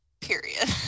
Period